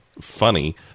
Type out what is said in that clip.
funny